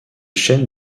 chaines